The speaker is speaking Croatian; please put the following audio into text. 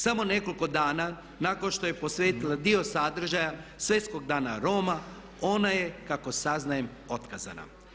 Samo nekoliko dana nakon što je posvetila dio sadržaja Svjetskog dana Roma ona je kako saznajem otkazana.